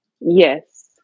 Yes